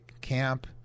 camp